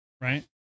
right